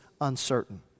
uncertain